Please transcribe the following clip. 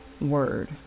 word